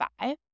five